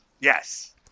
Yes